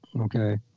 okay